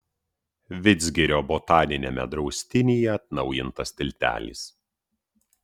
vidzgirio botaniniame draustinyje atnaujintas tiltelis